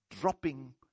dropping